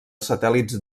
satèl·lits